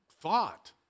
thought